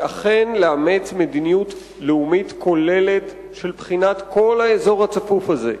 ואכן לאמץ מדיניות לאומית כוללת של בחינת כל האזור הצפוף הזה,